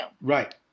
Right